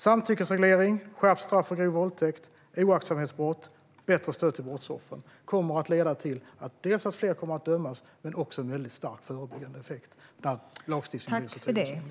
Samtyckesreglering, skärpt straff för grov våldtäkt, oaktsamhetsbrott som ny brottsrubricering och bättre stöd till brottsoffren kommer att leda till att fler döms men också till en stark förebyggande effekt när lagstiftningen blir så tydlig som den nu blir.